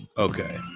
Okay